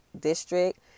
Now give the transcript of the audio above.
District